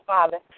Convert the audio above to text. Father